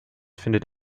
findet